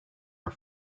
are